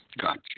Gotcha